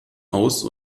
aus